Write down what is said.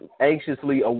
anxiously